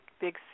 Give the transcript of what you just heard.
big